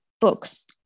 books